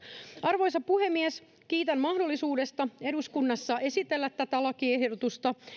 arvoisa puhemies kiitän mahdollisuudesta esitellä tätä lakiehdotusta eduskunnassa